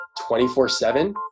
24-7